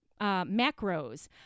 macros